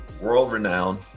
world-renowned